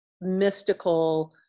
mystical